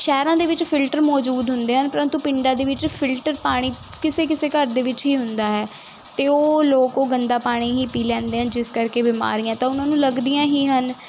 ਸ਼ਹਿਰਾਂ ਦੇ ਵਿੱਚ ਫਿਲਟਰ ਮੌਜੂਦ ਹੁੰਦੇ ਹਨ ਪਰੰਤੂ ਪਿੰਡਾਂ ਦੇ ਵਿੱਚ ਫਿਲਟਰ ਪਾਣੀ ਕਿਸੇ ਕਿਸੇ ਘਰ ਦੇ ਵਿੱਚ ਹੀ ਹੁੰਦਾ ਹੈ ਅਤੇ ਉਹ ਲੋਕ ਉਹ ਗੰਦਾ ਪਾਣੀ ਹੀ ਪੀ ਲੈਂਦੇ ਹਨ ਜਿਸ ਕਰਕੇ ਬਿਮਾਰੀਆਂ ਤਾਂ ਉਹਨਾਂ ਨੂੰ ਲੱਗਦੀਆਂ ਹੀ ਹਨ